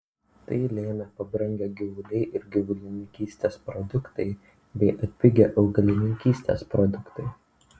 tai lėmė pabrangę gyvuliai ir gyvulininkystės produktai bei atpigę augalininkystės produktai